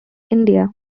india